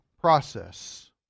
process